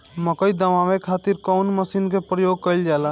मकई दावे खातीर कउन मसीन के प्रयोग कईल जाला?